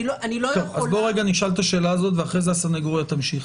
אז בואו רגע נשאל את השאלה הזאת ואחרי זה הסנגוריה תמשיך.